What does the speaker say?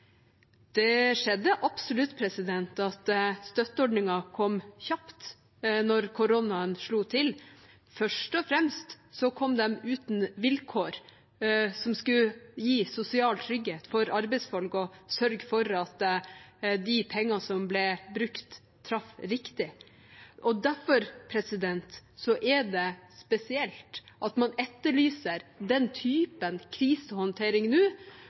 kom absolutt kjapt når koronaen slo til. Først og fremst kom de uten vilkår, noe som skulle gi sosial trygghet for arbeidsfolk og sørge for at de pengene som ble brukt, traff riktig. Derfor er det spesielt at man etterlyser den typen krisehåndtering nå,